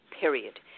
period